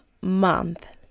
month